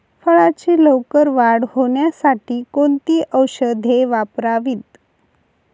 फळाची लवकर वाढ होण्यासाठी कोणती औषधे वापरावीत?